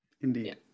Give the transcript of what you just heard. Indeed